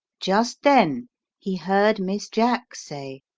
just then he heard miss jack say,